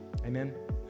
Amen